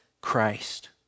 Christ